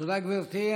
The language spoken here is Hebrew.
תודה, גברתי.